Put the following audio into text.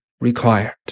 required